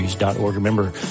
Remember